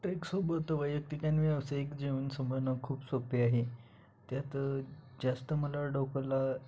ट्रेकसोबत वैयक्तिक आणि व्यावसायिक जीवन संभाळणं खूप सोपे आहे त्यात जास्त मला डोक्याला